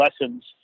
lessons